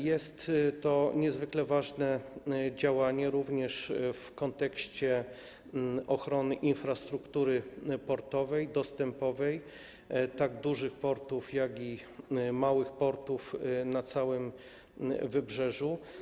Jest to niezwykle ważne działanie również w kontekście ochrony infrastruktury portowej, dostępowej tak dużych portów, jak i małych portów na całym wybrzeżu.